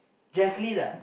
Jaclyn ah